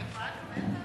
אני יכולה לקבל את התשובה?